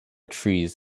trees